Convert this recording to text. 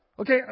Okay